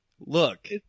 Look